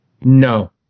No